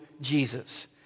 Jesus